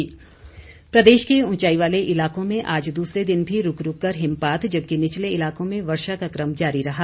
मौसम प्रदेश के ऊंचाई वाले इलाकों में आज दूसरे दिन भी रूक रूक कर हिमपात जबकि निचले इलाकों में वर्षा का कम जारी रहा